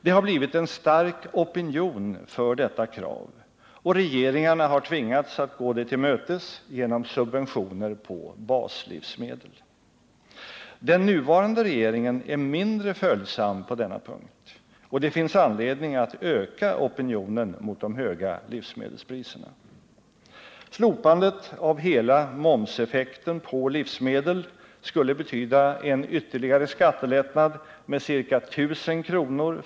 Det har blivit en stark opinion för detta krav, och regeringarna har tvingats att gå det till mötes genom subventioner på baslivsmedel. Den nuvarande regeringen är mindre följsam på denna punkt, och det finns anledning att öka opinionen mot de höga livsmedelspriserna. Slopandet av hela momseffekten på livsmedel skulle betyda en ytterligare skattelättnad med ca 1 000 kr.